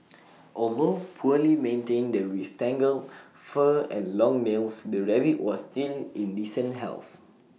although poorly maintained with tangled fur and long nails the rabbit was still in decent health